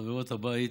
חברות הבית,